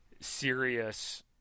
serious